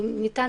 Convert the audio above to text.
ניתנה